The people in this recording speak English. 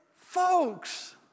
Folks